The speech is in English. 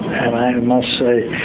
and, i must say,